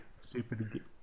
stupid